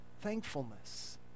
thankfulness